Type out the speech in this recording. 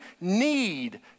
need